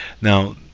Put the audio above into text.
Now